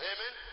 Amen